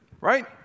right